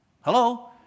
Hello